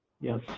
yes